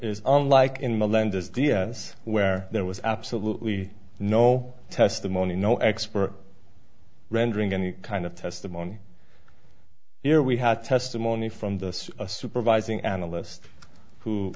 is unlike in melendez dia's where there was absolutely no testimony no expert rendering any kind of testimony here we had testimony from the supervising analyst who